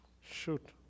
shoot